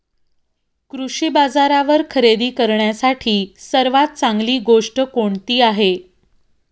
कृषी बाजारावर खरेदी करण्यासाठी सर्वात चांगली गोष्ट कोणती आहे?